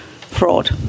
fraud